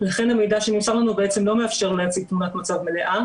לכן המידע שנמסר לנו לא מאפשר להציג תמונת מצב מלאה